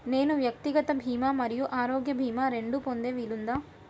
నేను వ్యక్తిగత భీమా మరియు ఆరోగ్య భీమా రెండు పొందే వీలుందా?